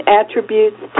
attributes